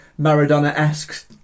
Maradona-esque